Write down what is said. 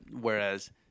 Whereas